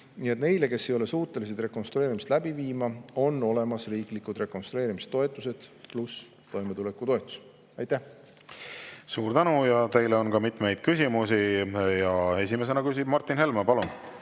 Nii et neile, kes ei ole suutelised rekonstrueerimist läbi viima, on olemas riiklikud rekonstrueerimistoetused pluss toimetulekutoetus. Aitäh! Suur tänu! Teile on ka mitmeid küsimusi. Esimesena küsib Martin Helme. Palun!